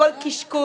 הכול קשקוש.